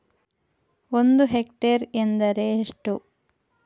ಒಂದು ಹೆಕ್ಟೇರ್ ಎಂದರೆ ಎಷ್ಟು?